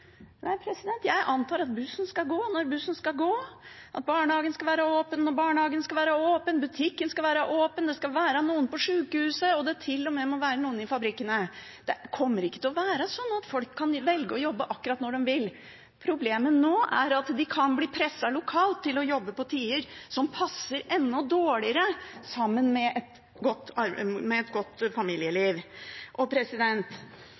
Nei, jeg antar at bussen skal gå når bussen skal gå, at barnehagen skal være åpen når barnehagen skal være åpen, at butikken skal være åpen, at det skal være noen på sjukehuset, og at det til og med skal være noen i fabrikkene. Det kommer ikke til å være sånn at folk kan velge å jobbe akkurat når de vil. Problemet nå er at de kan bli presset lokalt til å jobbe på tider som passer enda dårligere sammen med et godt familieliv. Noe av det rareste med denne debatten er heltids- og